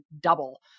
double